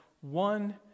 one